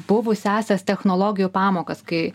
buvusiąsias technologijų pamokas kai